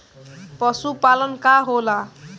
पशुपलन का होला?